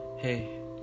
Hey